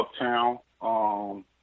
uptown